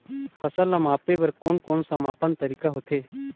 फसल ला मापे बार कोन कौन सा मापन तरीका होथे?